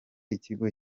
ikigo